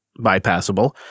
bypassable